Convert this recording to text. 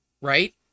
right